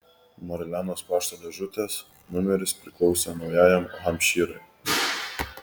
marlenos pašto dėžutės numeris priklausė naujajam hampšyrui